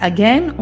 Again